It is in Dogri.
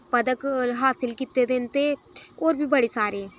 पदक हासल कीते दे न ते होर बी बड़े सारे